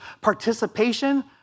participation